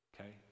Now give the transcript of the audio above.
okay